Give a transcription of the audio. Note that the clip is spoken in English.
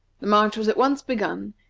the march was at once begun,